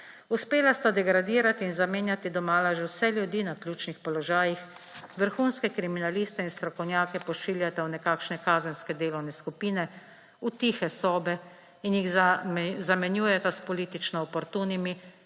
Uspela sta degradirati in zamenjati domala že vse ljudi na ključnih položajih, vrhunske kriminaliste in strokovnjake pošiljata v nekakšne kazenske delovne skupine, v tihe sobe in jih zamenjujeta s politično oportunimi